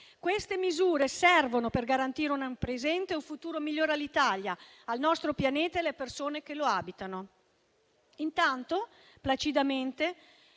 Queste misure servono per garantire un presente e un futuro migliore all'Italia, al nostro pianeta e alle persone che lo abitano. Intanto, placidamente,